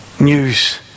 news